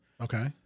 Okay